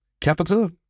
capital